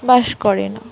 বাস করে না